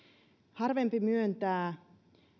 harvempi myöntää